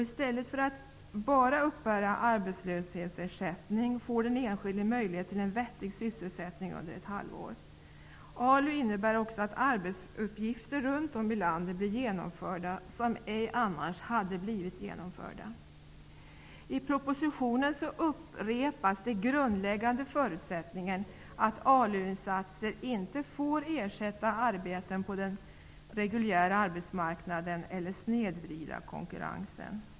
I stället för att bara uppbära arbetslöshetsersättning får den enskilde möjlighet till en vettig sysselsättning under ett halvår. ALU innebär också att arbetsuppgifter runt om i landet blir genomförda, som ej annars hade blivit genomförda. I propositionen upprepas den grundläggande förutsättningen, nämligen att ALU-insatser inte får ersätta arbetstillfällen på den reguljära arbetsmarknaden eller snedvrida konkurrensen.